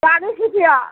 चालिस रुपैआ